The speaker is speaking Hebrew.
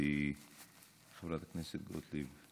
שלקחתי מחברת הכנסת גוטליב,